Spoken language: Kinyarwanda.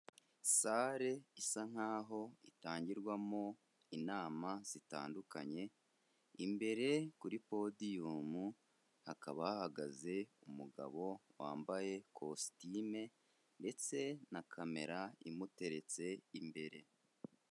Sale isa nkaho itangirwamo inama zitandukanye, imbere kuri podiyumu hakaba hahagaze umugabo wambaye kositime, ndetse na kamera imuteretse imbere.